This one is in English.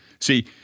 See